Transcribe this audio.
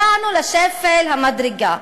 הגענו לשפל המדרגה.